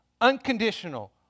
unconditional